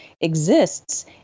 exists